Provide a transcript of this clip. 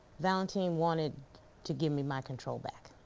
valentin wanted to give me my control back.